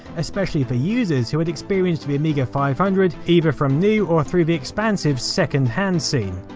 especially for users who had experienced the amiga five hundred either from new or through the expansive second hand scene.